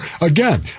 Again